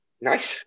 Nice